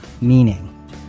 meaning